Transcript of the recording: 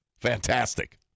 Fantastic